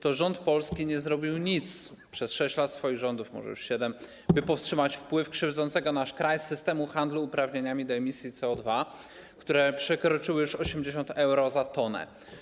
To rząd Polski nie zrobił nic przez 6 lat swoich rządów, może już 7, by powstrzymać wpływ krzywdzącego nasz kraj systemu handlu uprawnieniami do emisji CO2, które przekroczyły już 80 euro za tonę.